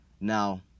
now